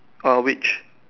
err which